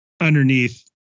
underneath